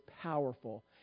powerful